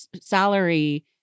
salary